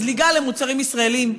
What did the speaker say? הזליגה למוצרים ישראליים,